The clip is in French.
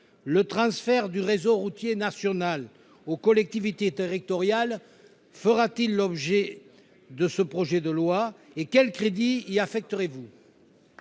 Le transfert du réseau routier national aux collectivités territoriales sera-t-il l'objet de ce projet de loi, et quels crédits y affecterez-vous ?